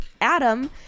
adam